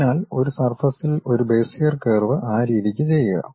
അതിനാൽ ഒരു സർഫസിൽ ഒരു ബെസിയർ കർവ് ആ രീതിക്ക് ചെയ്യുക